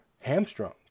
hamstrung